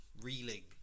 reeling